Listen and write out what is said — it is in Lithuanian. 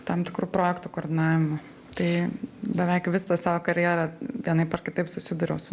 tam tikrų projektų koordinavimu tai beveik visą savo karjerą vienaip ar kitaip susidūriau su